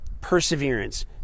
perseverance